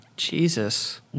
Jesus